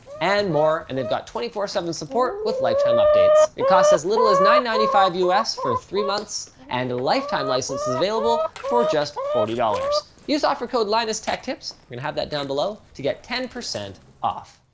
and more. and they've got twenty four seven support with lifetime updates. it costs as little as nine point nine five us for three months and a lifetime license is available for just forty dollars. use offer code, linustechtips. we're gonna have that down below to get ten percent off.